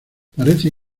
parece